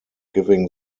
giving